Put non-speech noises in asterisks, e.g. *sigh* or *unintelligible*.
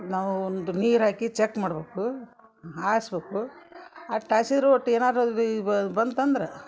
ನಾವು ಒಂದು ನೀರು ಹಾಕಿ ಚಕ್ ಮಾಡ್ಬೇಕು ಆರಿಸ್ಬೇಕು ಅಷ್ಟ್ ಆಸಿರು ಒಟ್ಟು ಏನಾರೂ *unintelligible* ಬಂತಂದ್ರೆ